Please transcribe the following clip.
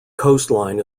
coastline